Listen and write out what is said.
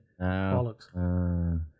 Bollocks